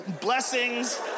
blessings